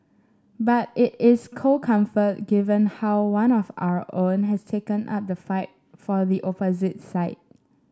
but it is cold comfort given how one of our own has taken up the fight for the opposite side